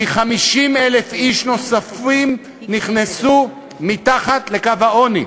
כי 50,000 איש נוספים נכנסו מתחת לקו העוני.